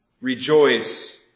Rejoice